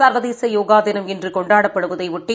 ச்வதேச யோகா தினம் இன்று கொண்டாடப்படுவதையொட்டி